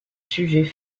sujets